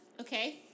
Okay